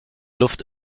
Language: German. luft